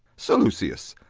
sir lucius,